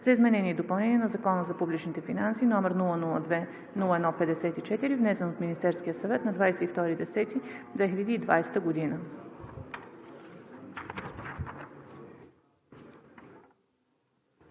за изменение и допълнение на Закона за публичните финанси, № 002-01-54, внесен от Министерския съвет на 22 октомври